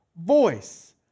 voice